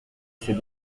sais